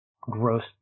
gross